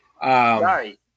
Sorry